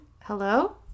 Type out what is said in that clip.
Hello